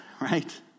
right